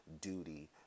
duty